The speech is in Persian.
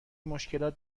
مشکلات